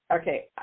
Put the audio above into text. Okay